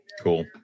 cool